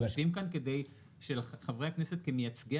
אנחנו יושבים כאן כדי שלחברי הכנסת כמייצגי